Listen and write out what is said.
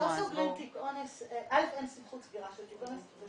לא סוגרים תיק אונס, א', אין סמכות סגירה של